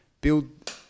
build